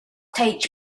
teach